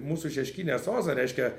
mūsų šeškinės ozą reiškia